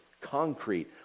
concrete